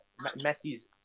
Messi's